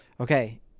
okay